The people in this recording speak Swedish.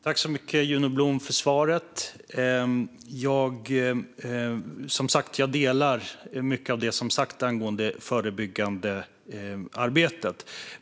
Fru talman! Tack så mycket för svaret, Juno Blom! Jag instämmer som sagt i mycket av det som sagts om det förebyggande arbetet, Juno Blom.